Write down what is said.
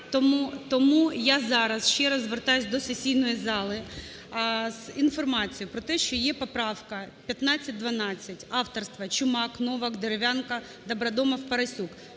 Тому я зараз ще раз звертаюся до сесійної зали з інформацією про те, що є поправка 1512, авторства Чумак, Новак, Дерев'янко, Добродомов, Парасюк.